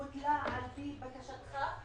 בוטלה על פי בקשתך,